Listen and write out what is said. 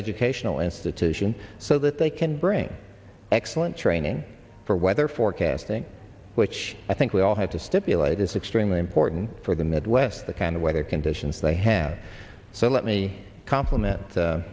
educational institution so that they can bring excellent training for weather forecasting which i think we all have to stipulate is extremely important for the midwest the kind of weather conditions they have so let me compliment